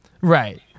right